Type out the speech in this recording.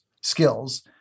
skills